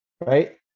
right